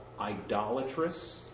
idolatrous